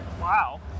Wow